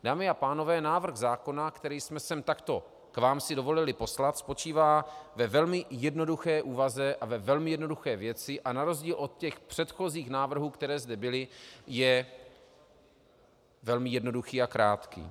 Dámy a pánové, návrh zákona, který jsme si k vám takto dovolili poslat, spočívá ve velmi jednoduché úvaze a ve velmi jednoduché věci a na rozdíl od předchozích návrhů, které zde byly, je velmi jednoduchý a krátký.